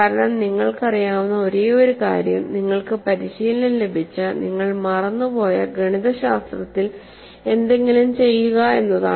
കാരണം നിങ്ങൾക്കറിയാവുന്ന ഒരേയൊരു കാര്യം നിങ്ങൾക്ക് പരിശീലനം ലഭിച്ച നിങ്ങൾ മറന്നുപോയ ഗണിതശാസ്ത്രത്തിൽ എന്തെങ്കിലും ചെയ്യുക എന്നതാണ്